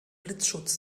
blitzschutz